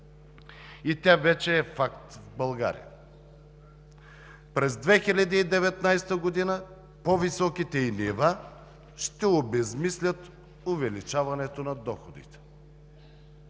Тя вече е факт в България. През 2019 г. по високите й нива ще обезсмислят увеличаването на доходите.